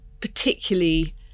particularly